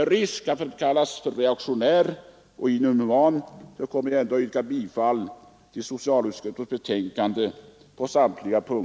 Trots risken att bli kallad för reaktionär och inhuman yrkar jag på samtliga punkter i betänkandet bifall till socialutskottets hemställan.